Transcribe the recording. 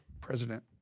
President